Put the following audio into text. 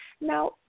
Now